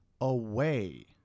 away